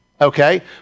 okay